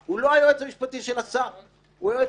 בלי המשרד לא שווה כלום,